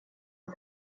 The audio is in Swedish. och